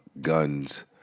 guns